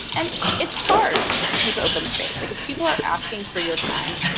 and it's hard to keep open space. like if people are asking for your time,